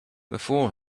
before